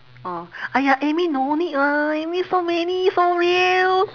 orh !aiya! amy no need ah amy so many showreel